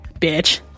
bitch